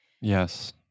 Yes